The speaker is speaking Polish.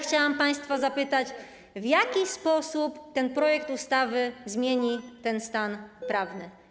Chciałam państwa zapytać, w jaki sposób ten projekt ustawy zmieni ten stan prawny.